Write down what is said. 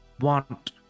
want